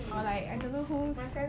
oh I I don't know who